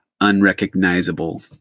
unrecognizable